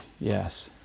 yes